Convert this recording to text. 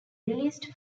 released